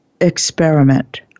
Experiment